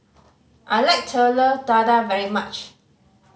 I like Telur Dadah very much